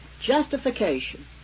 Justification